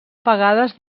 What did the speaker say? pagades